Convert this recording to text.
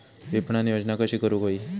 विपणन योजना कशी करुक होई?